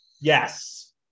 Yes